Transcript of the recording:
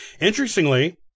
Interestingly